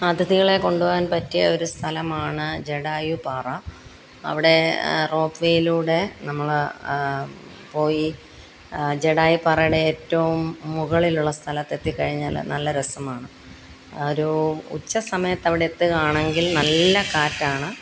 അതിഥികളെ കൊണ്ടുപോകാൻ പറ്റിയ ഒരു സ്ഥലമാണ് ജഡായുപ്പാറ അവിടെ റോപ്പ് വേയിലൂടെ നമ്മള് പോയി ജടായൂപ്പാറയുടെ ഏറ്റവും മുകളിലുള്ള സ്ഥലത്തെത്തിക്കഴിഞ്ഞാല് നല്ല രസമാണ് ഒരൂ ഉച്ചസമയത്തെവിടെത്തുകയാണെങ്കിൽ നല്ല കാറ്റാണ്